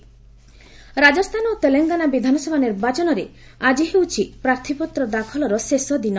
Rajasthan poll Rajasthan ଓ ତେଲଙ୍ଗାନା ବିଧାନସଭା ନିର୍ବାଚନରେ ଆଜି ହେଉଛି ପ୍ରାର୍ଥୀପତ୍ର ଦାଖଲର ଶେଷ ଦିନ